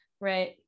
Right